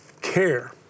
care